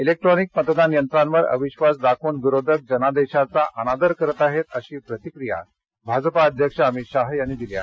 electronic मतदान यंत्रांवर अविश्वास दाखवून विरोधक जनादेशाचा अनादर करत आहेत अशी प्रतिक्रिया भाजपा अध्यक्ष अमित शाह यांनी दिली आहे